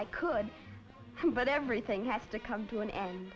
i could but everything has to come to an